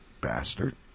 Bastard